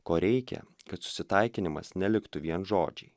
ko reikia kad susitaikinimas neliktų vien žodžiai